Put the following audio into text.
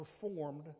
performed